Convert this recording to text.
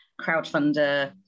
crowdfunder